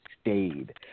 stayed